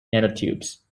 nanotubes